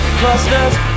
clusters